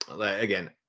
Again